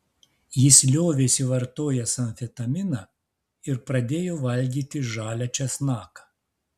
jis liovėsi vartojęs amfetaminą ir pradėjo valgyti žalią česnaką